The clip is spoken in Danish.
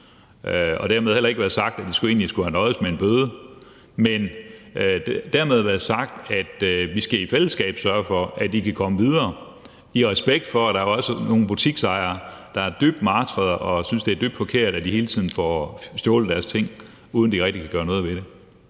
og dermed heller ikke være sagt, at de egentlig skulle have nøjedes med en bøde, men dermed være sagt, at vi i fællesskab skal sørge for, at de kan komme videre i respekt for, at der også er nogle butiksejere, der er dybt martrede og synes, det er dybt forkert, at de hele tiden får stjålet deres ting, uden at de rigtig kan gøre noget ved det.